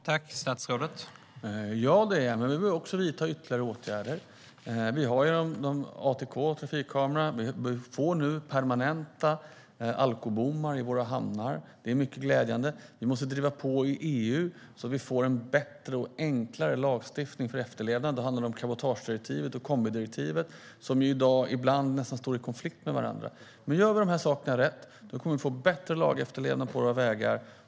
Herr talman! Ja, det är jag. Men vi behöver också vidta ytterligare åtgärder. Vi har ATK, alltså trafikkameror. Vi får nu permanenta alkobommar i våra hamnar. Det är mycket glädjande. Vi måste driva på i EU för bättre lagstiftning och enklare efterlevnad av den. Cabotagedirektivet och kombidirektivet står ibland nästan i konflikt med varandra som det är i dag. Om vi gör de här sakerna rätt kommer vi att få bättre lagefterlevnad på våra vägar.